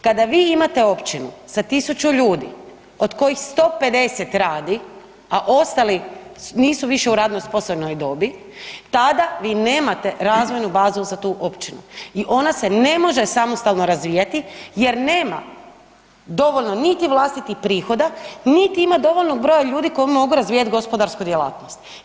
Kada vi imate općinu sa 1000 ljudi od kojih 150 radi, a ostali nisu više u radno sposobnoj dobi tada vi nemate razvojnu bazu za tu općinu i ona se ne može samostalno razvijati jer nema dovoljno niti vlastitih prihoda, niti ima dovoljnog broja ljudi koji mogu razvijat gospodarsku djelatnosti.